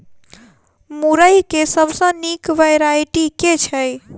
मुरई केँ सबसँ निक वैरायटी केँ छै?